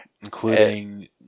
Including